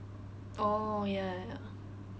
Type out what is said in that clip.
oh ya ya ya